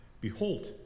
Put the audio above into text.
behold